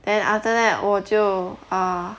then after that 我就 err